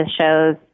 shows